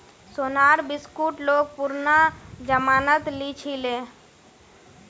सोनार बिस्कुट लोग पुरना जमानात लीछीले